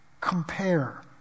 compare